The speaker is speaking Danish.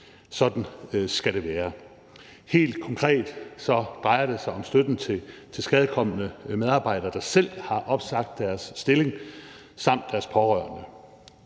Sådan skal det være. Helt konkret drejer det sig om støtten til tilskadekomne medarbejdere, der selv har opsagt deres stilling, samt deres pårørende.